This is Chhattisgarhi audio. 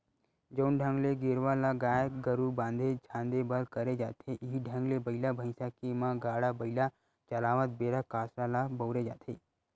जउन ढंग ले गेरवा ल गाय गरु बांधे झांदे बर करे जाथे इहीं ढंग ले बइला भइसा के म गाड़ा बइला चलावत बेरा कांसरा ल बउरे जाथे